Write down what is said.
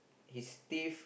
his teeth